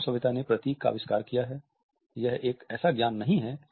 मानव सभ्यता ने प्रतीक का आविष्कार किया है